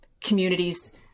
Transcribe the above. communities